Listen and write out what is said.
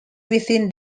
within